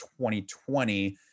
2020